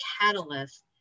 catalyst